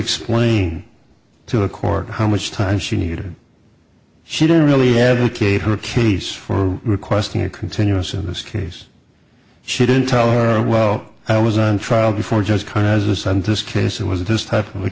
explain to the court how much time she needed she didn't really advocate her case for requesting a continuous in this case she didn't tell her well i was on trial before just kind of as a scientist case it was this type of